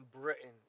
Britain